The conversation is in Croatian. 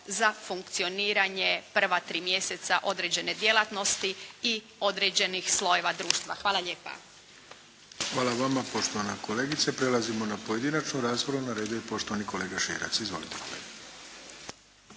za funkcioniranje prva tri mjeseca određene djelatnosti i određenih slojeva društva. Hvala lijepa. **Arlović, Mato (SDP)** Hvala vama poštovana kolegice. Prelazimo na pojedinačnu raspravu. Na redu je poštovani kolega Širac. Izvolite kolega.